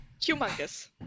humongous